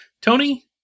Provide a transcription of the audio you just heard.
Tony